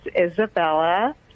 Isabella